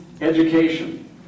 education